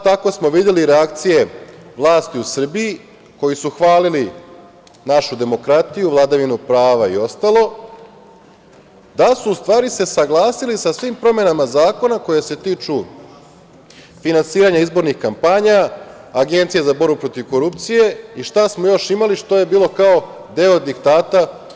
Tako smo videli reakcije vlasti u Srbiji, koji su hvalili našu demokratiju, vladavinu prava i ostalo, dal su u stvari se saglasili sa svim promenama zakona koje se tiču finansiranja izbornih kampanja, Agencije za borbu protiv korupcije i šta smo još imali što je bilo kao deo diktata?